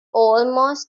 almost